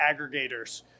aggregators